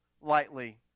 lightly